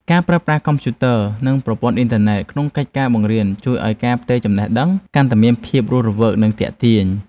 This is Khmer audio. ការប្រើប្រាស់កុំព្យូទ័រនិងប្រព័ន្ធអ៊ីនធឺណិតក្នុងកិច្ចការបង្រៀនជួយឱ្យការផ្ទេរចំណេះដឹងកាន់តែមានភាពរស់រវើកនិងទាក់ទាញ។